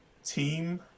team